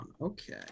okay